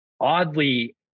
oddly